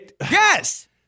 Yes